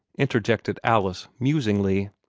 interjected alice, musingly.